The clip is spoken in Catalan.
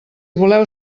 voleu